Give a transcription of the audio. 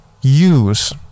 use